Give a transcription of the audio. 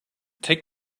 take